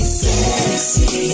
sexy